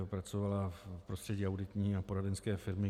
Pracovala v prostředí auditní a poradenské firmy KPMG.